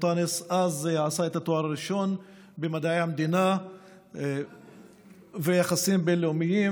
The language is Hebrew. אנטאנס אז עשה את התואר הראשון במדעי המדינה ויחסים בין-לאומיים,